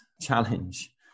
challenge